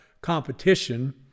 competition